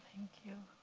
thank you.